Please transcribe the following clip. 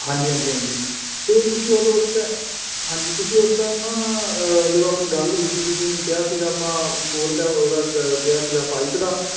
ਹਾਂਜੀ ਹਾਂਜੀ ਤੇ ਉਹ ਤੁਸੀਂ ਉਦੋਂ ਉਸ ਤੇ ਹਾਂਜੀ ਤੁਸੀਂ ਉਸ ਟਾਈਮ ਜਦੋਂ ਆਪਣੀ ਗੱਲ ਹੋਈ ਸੀ ਤੁਸੀਂ ਕਿਹਾ ਸੀਗਾ ਆਪਾਂ ਸੋ ਰੁਪਏ ਉਹਦਾ ਕਿਹਾ ਸੀਗਾ ਪਾਈਪ ਦਾ ਤੇ